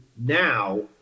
now